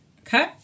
Okay